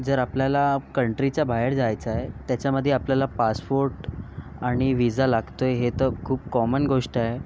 जर आपल्याला कंट्रीच्या बाहेर जायचं आहे त्याच्यामधे आपल्याला पासपोर्ट आणि व्हिजा लागतोय हे तर खूप कॉमन गोष्ट आहे